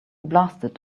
blasted